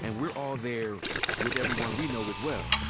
and we're all there with everyone we know as well.